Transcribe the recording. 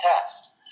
test